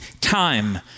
time